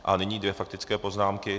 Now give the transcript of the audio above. A nyní dvě faktické poznámky.